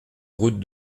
route